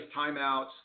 timeouts